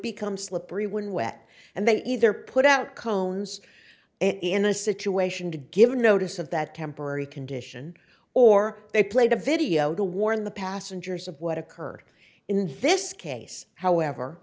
become slippery when wet and they either put out cones in a situation to give notice of that temporary condition or they played a video to warn the passengers of what occurred in this case however